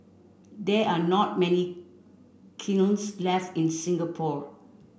there are not many kilns left in Singapore